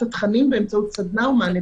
התכנים באמצעות סדנה או מענה פרטני.